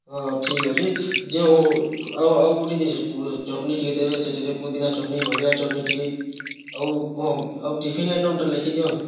ହଉ ଠିକ୍ ଅଛି ଯେଉଁ ଆଉ ଆଉ ଗୋଟେ ଜିନିଷ ଚଟ୍ନୀ ଟିକେ ଦେବେ ପୁଦିନା ଚଟ୍ନୀ ନଡ଼ିଆ ଚଟ୍ନୀ ଟିକେ ଆଉ ହଁ ଟିଫିନ୍ ଆଇଟମ୍ଟା ଲେଖିଦିଅନ୍